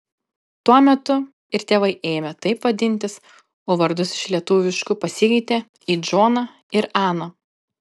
tuo metu ir tėvai ėmė taip vadintis o vardus iš lietuviškų pasikeitė į džoną ir aną